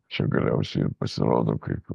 čia galiausiai ir pasirodo kaip